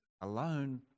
alone